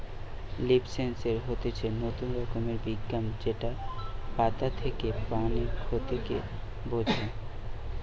leaf sensor হতিছে নতুন রকমের বিজ্ঞান যেটা পাতা থেকে পানির ক্ষতি কে বোঝায়